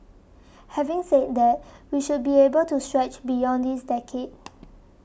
having said that we should be able to stretch beyond this decade